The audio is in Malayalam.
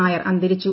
നായർ അന്തരിച്ചു